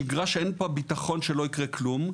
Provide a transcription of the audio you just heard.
שגרה שאין בה ביטחון שלא יקרה כלום,